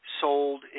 Sold